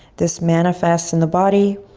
this manifests in the body.